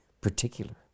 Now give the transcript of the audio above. particular